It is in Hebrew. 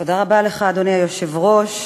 אדוני היושב-ראש,